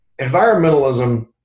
Environmentalism